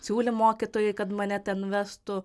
siūlė mokytojai kad mane ten nuvestų